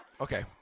Okay